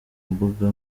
mbuga